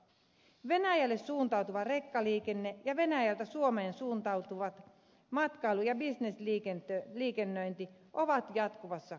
venäjälle suuntautuva rekkaliikenne ja venäjältä suomeen suuntautuva matkailu ja bisnesliikennöinti ovat jatkuvassa kasvussa